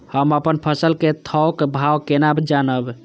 हम अपन फसल कै थौक भाव केना जानब?